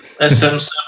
SM7